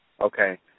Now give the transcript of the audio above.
okay